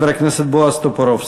חבר הכנסת בועז טופורובסקי.